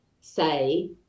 say